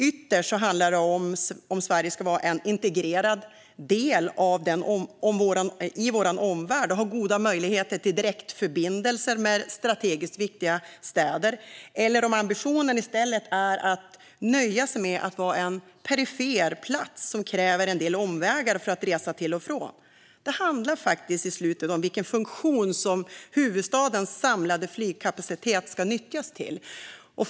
Ytterst gäller det om Sverige ska vara en integrerad del av vår omvärld och ha goda möjligheter till direktförbindelser med strategiskt viktiga städer eller om ambitionen i stället är att nöja sig med att vara en perifer plats som kräver en del omvägar för att resa till och från. Det handlar i slutänden om vilken funktion huvudstadens samlade flygkapacitet ska nyttjas för.